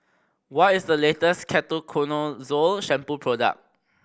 what is the latest Ketoconazole Shampoo product